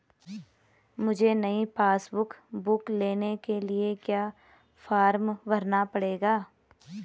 मुझे नयी passbook book लेने के लिए क्या फार्म भरना पड़ेगा?